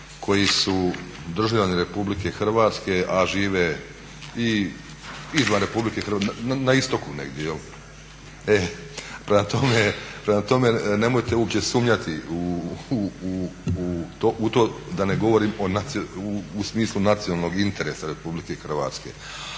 koji su državljani RH a žive i izvan RH, na istoku negdje. Prema tome, nemojte uopće sumnjati u to da ne govorim u smislu nacionalnog interesa RH.